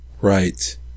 Right